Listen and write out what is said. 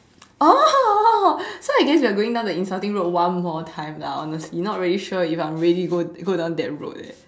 oh so I guess we are going down the insulting road one more time lah honestly not really sure whether if I am ready to go go down that road eh